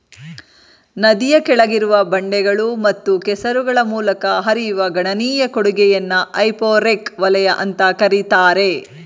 ನದಿಯ ಕೆಳಗಿರುವ ಬಂಡೆಗಳು ಮತ್ತು ಕೆಸರುಗಳ ಮೂಲಕ ಹರಿಯುವ ಗಣನೀಯ ಕೊಡುಗೆಯನ್ನ ಹೈಪೋರೆಕ್ ವಲಯ ಅಂತ ಕರೀತಾರೆ